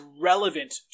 relevant